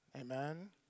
Amen